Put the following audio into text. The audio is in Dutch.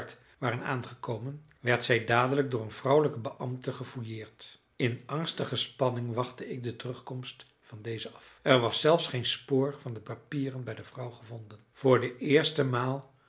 waren aangekomen werd zij dadelijk door een vrouwelijke beambte gefouilleerd in angstige spanning wachtte ik de terugkomst van deze af er was zelfs geen spoor van de papieren bij de vrouw gevonden illustratie hé als dat niet mijnheer phelps is voor de eerste maal